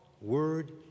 word